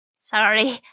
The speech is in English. Sorry